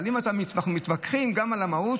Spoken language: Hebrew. אבל אם אנחנו מתווכחים גם על המהות,